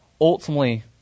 ultimately